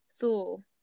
Thor